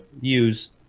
use